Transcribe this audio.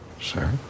Sir